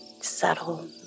settle